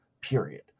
period